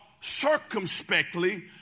circumspectly